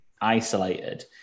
isolated